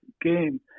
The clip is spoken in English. game